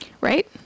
Right